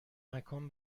مکان